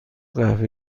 قهوه